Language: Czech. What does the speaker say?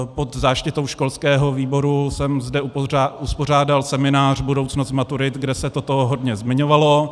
Pod záštitou školského výboru jsem zde uspořádal seminář o budoucnosti maturit, kde se toto hodně zmiňovalo.